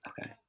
Okay